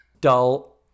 Dull